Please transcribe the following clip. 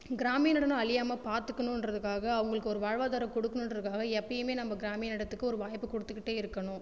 கிராமிய நடனம் அழியாமல் பார்த்துக்கணுன்றதுக்காக அவங்களுக்கு ஒரு வாழ்வாதாரம் கொடுக்கணுன்றதுக்காக எப்பவுமே நம்ப கிராமிய நடனத்துக்கு ஒரு வாய்ப்பு கொடுத்துக்கிட்டே இருக்கணும்